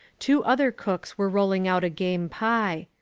two other cooks were rolling out a game pie.